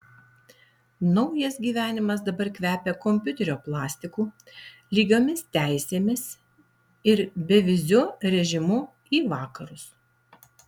naujas gyvenimas dabar kvepia kompiuterio plastiku lygiomis teisėmis ir beviziu režimu į vakarus